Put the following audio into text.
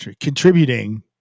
contributing